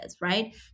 right